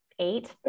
eight